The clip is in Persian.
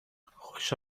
خوش